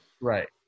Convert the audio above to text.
Right